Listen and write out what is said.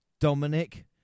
Dominic